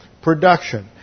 Production